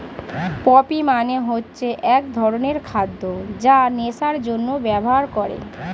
poppy মানে হচ্ছে এক ধরনের খাদ্য যা নেশার জন্যে ব্যবহার করে